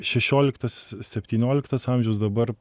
šešioliktas septynioliktas amžiaus dabar